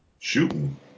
Shooting